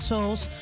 Souls